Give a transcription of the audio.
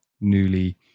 newly